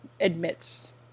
admits